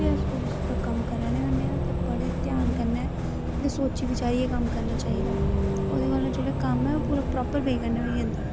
बी अस कम्म करै दे होन्ने आं ते बड़े ध्यान कन्नै ओह्दे नै जेह्ड़ा कम्म ऐ पूरे प्रापर वे कन्नै होई जंदा